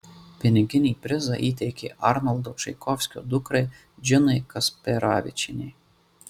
piniginį prizą įteikė arnoldo čaikovskio dukrai džinai kasperavičienei